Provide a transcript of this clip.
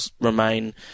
remain